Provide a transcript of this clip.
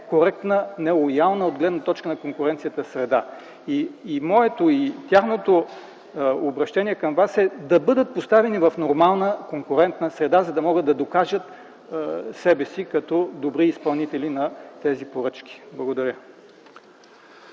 некоректна, нелоялна от гледна точка на конкуренцията среда. Моето и тяхното обръщение към Вас е да бъдат поставени в нормална конкурентна среда, за да могат да докажат себе си като добри изпълнители на тези поръчки. Благодаря